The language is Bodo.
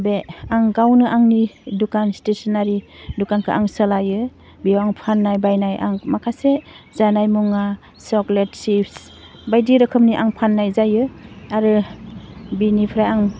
बे आं गावनो आंनि दुखान स्टेसनारि दुखानखौ आं सोलायो बेयाव आं फान्नाय बायनाय आं माखासे जानाय मुवा चक्लेट चिप्स बायदि रोखोमनि आं फान्नाय जायो आरो बिनिफ्राय आं